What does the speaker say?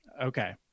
Okay